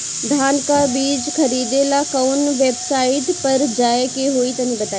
धान का बीज खरीदे ला काउन वेबसाइट पर जाए के होई तनि बताई?